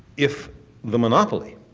if the monopoly